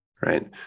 right